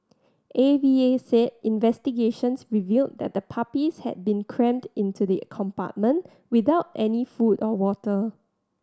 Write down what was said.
A V A said investigations revealed that the puppies had been crammed into the compartment without any food or water